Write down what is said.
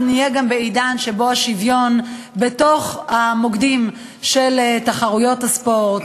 אז נהיה גם בעידן שבו השוויון בתוך המוקדים של תחרויות הספורט,